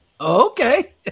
Okay